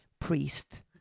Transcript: priest